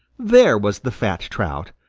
there was the fat trout,